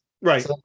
Right